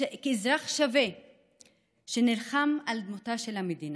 כאזרח שווה שנלחם על דמותה של המדינה.